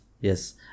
Yes